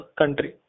country